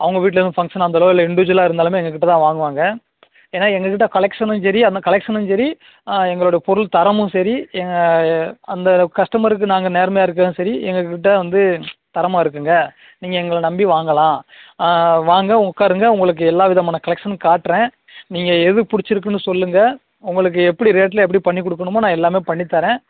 அவங்க வீட்டில் எதுவும் ஃபங்க்ஷனாக இருந்தாலோ இல்லை இண்டிஜுவலாக இருந்தாலுமே எங்கள் கிட்டே தான் வாங்குவாங்க ஏன்னால் எங்கள் கிட்டே கலெக்ஷனும் சரி அந்த கலெக்ஷனும் சரி எங்களோடய பொருள் தரமும் சரி அந்த கஸ்டமருக்கு நாங்கள் நேர்மையாக இருக்கிறதும் சரி எங்கள் கிட்டே வந்து தரமாக இருக்குதுங்க நீங்கள் எங்களை நம்பி வாங்கலாம் வாங்க உக்காருங்க உங்களுக்கு எல்லா விதமான கலெக்ஷனும் காட்டுறேன் நீங்கள் எது பிடிச்சிருக்குன்னு சொல்லுங்க உங்களுக்கு எப்படி ரேட்டில் எப்படி பண்ணிக்கொடுக்கணுமோ நான் எல்லாமே பண்ணி தரேன்